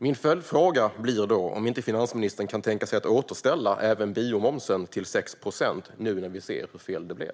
Min följdfråga blir då om inte finansministern kan tänka sig att återställa även biomomsen till 6 procent, nu när vi ser hur fel det blev.